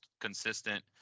consistent